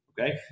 okay